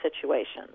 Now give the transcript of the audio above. situations